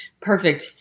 perfect